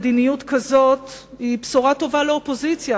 מדיניות כזאת היא בשורה טובה לאופוזיציה,